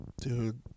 dude